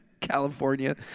California